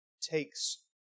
takes